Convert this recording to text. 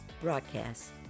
broadcast